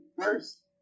first